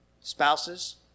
Spouses